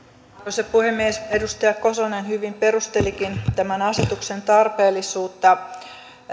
arvoisa puhemies edustaja kosonen hyvin perustelikin tämän asetuksen tarpeellisuutta